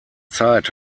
zeit